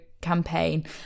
campaign